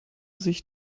sich